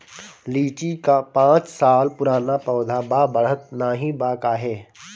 लीची क पांच साल पुराना पौधा बा बढ़त नाहीं बा काहे?